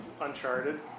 Uncharted